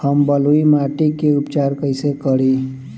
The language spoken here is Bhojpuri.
हम बलुइ माटी के उपचार कईसे करि?